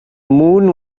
moon